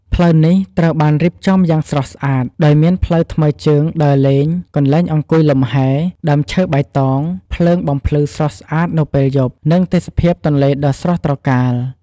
ផ្លូវនេះត្រូវបានរៀបចំយ៉ាងស្រស់ស្អាត ដោយមានផ្លូវថ្មើរជើងដើរលេង កន្លែងអង្គុយលំហែ ដើមឈើបៃតង ភ្លើងបំភ្លឺស្រស់ស្អាតនៅពេលយប់ និងទេសភាពទន្លេដ៏ស្រស់ត្រកាល។